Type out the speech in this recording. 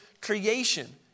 creation